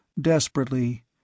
Desperately